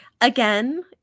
again